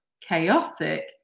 chaotic